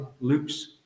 Luke's